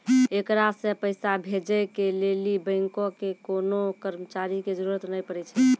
एकरा से पैसा भेजै के लेली बैंको के कोनो कर्मचारी के जरुरत नै पड़ै छै